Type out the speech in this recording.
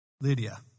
Lydia